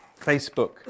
Facebook